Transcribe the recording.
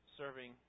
serving